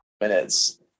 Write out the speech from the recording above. minutes